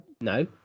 no